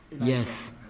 Yes